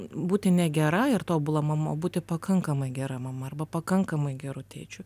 būti ne gera ir tobula mama o būti pakankamai gera mama arba pakankamai geru tėčiu